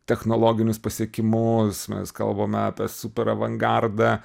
technologinius pasiekimus mes kalbame apie super avangardą